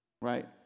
Right